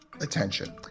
attention